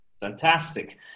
Fantastic